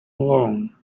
alone